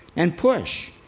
and push!